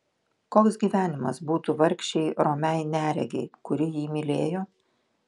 koks gyvenimas būtų vargšei romiai neregei kuri jį mylėjo